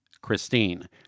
Christine